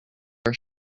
are